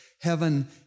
Heaven